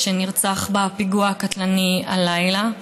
שנרצח בפיגוע הקטלני הלילה.